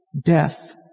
death